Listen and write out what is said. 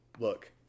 look